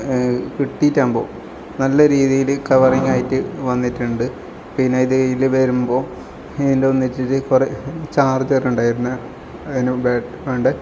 കിട്ടീട്ടാകുമ്പോൾ നല്ല രീതിയിൽ കവറിങ്ങായിട്ട് വന്നിട്ടുണ്ട് പിന്നെ ഇതിൽ വരുമ്പോൾ ഇതിൻ്റെ ഒന്നിച്ചൊരു ചാർജ്ജറുണ്ടായിരുന്ന് അതിന് ബാക്ക് അപ്പ്ണ്ട്